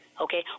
okay